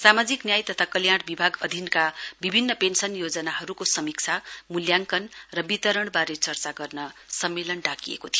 सामाजिक न्याय तथा कल्याण विभाग अधिनका विभिन्न पेन्शन योजनाहरुको समीक्षा मूल्याङ्कण र वितरणवारे चर्चा गर्ने सम्मेलन डाकिएको थियो